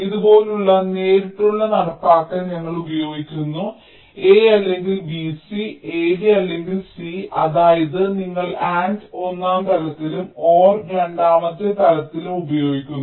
ഇതുപോലുള്ള നേരിട്ടുള്ള നടപ്പാക്കൽ ഞങ്ങൾ ഉപയോഗിക്കുന്നു a അല്ലെങ്കിൽ bc ab അല്ലെങ്കിൽ c അതായത് നിങ്ങൾ AND ഒന്നാം തലത്തിലും OR രണ്ടാമത്തെ തലത്തിലും ഉപയോഗിക്കുന്നു